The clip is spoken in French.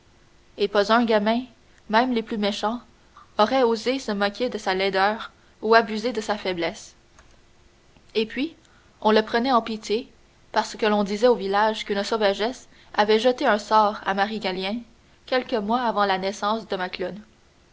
et pas un gamin même les plus méchants aurait osé se moquer de sa laideur ou abuser de sa faiblesse et puis on le prenait en pitié parce que l'on disait au village qu'une sauvagesse avait jeté un sort à marie gallien quelques mois avant la naissance de